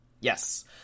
Yes